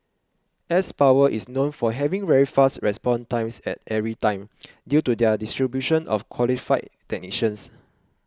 s Power is known for having very fast response times at every time due to their distribution of qualified technicians